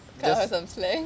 cut her some slack